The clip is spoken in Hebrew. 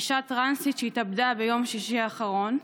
אישה טרנסית שהתאבדה ביום שישי האחרון,